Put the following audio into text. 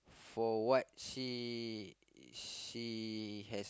for what she she has